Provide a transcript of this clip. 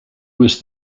was